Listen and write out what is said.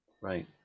right